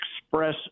express